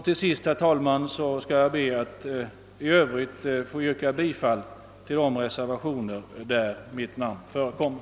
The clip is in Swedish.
I övrigt ber jag, herr talman, att få yrka bifall till de reservationer där mitt namn förekommer.